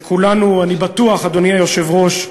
וכולנו, אני בטוח, אדוני היושב-ראש,